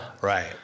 right